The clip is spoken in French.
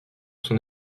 son